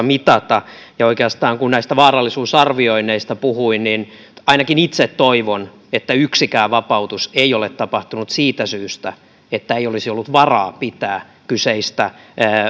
mitata oikeastaan kun näistä vaarallisuusarvioinneista puhuin niin ainakin itse toivon että yksikään vapautus ei ole tapahtunut siitä syystä että ei olisi ollut varaa pitää kyseistä